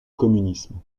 communisme